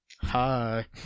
Hi